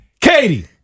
Katie